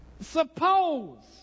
Suppose